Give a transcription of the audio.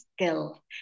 skill